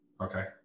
Okay